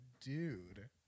dude